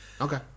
Okay